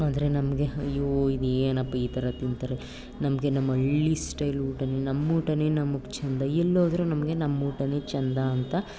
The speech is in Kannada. ಆದರೆ ನಮಗೆ ಇವು ಇದೇನಪ್ಪಾ ಈ ಥರ ತಿಂತಾರೆ ನಮಗೆ ನಮ್ಮ ಹಳ್ಳಿ ಸ್ಟಯ್ಲ್ ಊಟನೇ ನಮ್ಮ ಊಟನೇ ನಮ್ಗೆ ಚೆಂದ ಎಲ್ಲೋದ್ರೂ ನಮಗೆ ನಮ್ಮೂಟವೇ ಚೆಂದ ಅಂತ